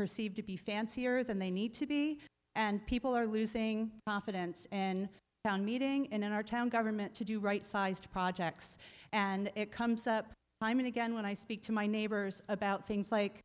perceived to be fancier than they need to be and people are losing confidence in town meeting in our town government to do right sized projects and it comes up time and again when i speak to my neighbors about things like